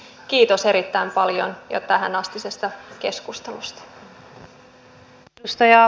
kiitos erittäin paljon jo tähänastisesta keskustelusta